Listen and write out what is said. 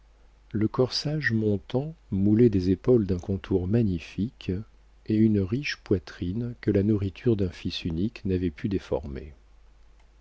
le corsage montant moulait des épaules d'un contour magnifique et une riche poitrine que la nourriture d'un fils unique n'avait pu déformer